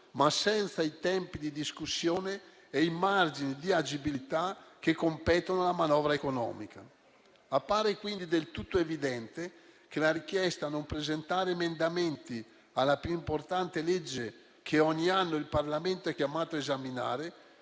ma senza i tempi di discussione e i margini di agibilità che competono alla manovra economica. Appare quindi del tutto evidente che la richiesta di non presentare emendamenti alla più importante legge che ogni anno il Parlamento è chiamato a esaminare